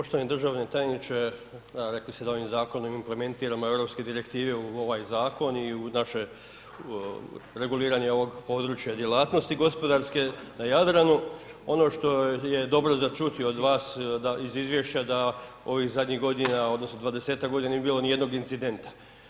Poštovani državni tajniče, rekli ste da ovim zakonom implementiramo Europske direktive u ovaj zakon i u naše, reguliranje ovog područja djelatnosti gospodarske na Jadranu, ono što je dobro za čuti od vas da iz izvješća da ovih zadnjih godina odnosno 20-tak godina nije bilo nijednog incidenta.